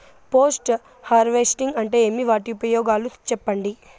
Post harvesting అంటే ఏమి? వాటి ఉపయోగాలు చెప్పండి?